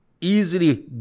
easily